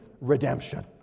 redemption